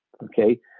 Okay